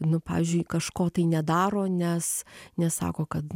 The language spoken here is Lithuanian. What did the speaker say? nu pavyzdžiui kažko tai nedaro nes nes sako kad